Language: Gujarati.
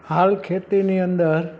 હાલ ખેતીની અંદર